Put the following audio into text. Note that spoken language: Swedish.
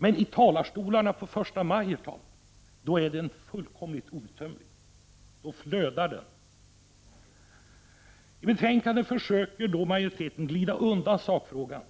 Men i talarstolarna den första maj, herr talman, är solidariteten så att säga fullkomligt outtömlig. Då flödar det av solidaritet. I detta betänkande försöker majoriteten glida undan sakfrågan